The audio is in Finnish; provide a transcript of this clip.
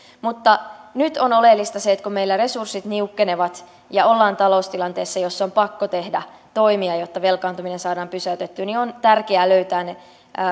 mutta nyt on oleellista se että kun meillä resurssit niukkenevat ja ollaan taloustilanteessa jossa on pakko tehdä toimia jotta velkaantuminen saadaan pysäytettyä niin on tärkeää löytää ne